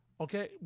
okay